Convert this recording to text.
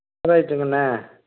ரைட்டுங்கண்ணா